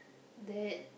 that